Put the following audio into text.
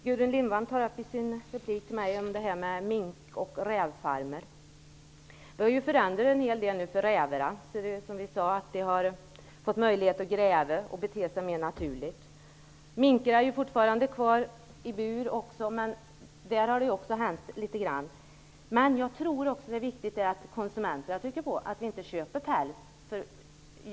Herr talman! Gudrun Lindvall tar i sin replik upp frågan om mink och rävfarmar. Förhållandena för rävarna har förändrats en hel del för rävarna. De har fått möjlighet att gräva och bete sig mer naturligt. Minkarna är fortfarande kvar i burar, men också där har det hänt litet grand. Jag tror också att det är viktigt att konsumenterna trycker på, och inte köper pälsar.